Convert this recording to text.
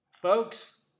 folks